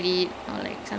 ya that's true